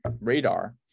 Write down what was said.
radar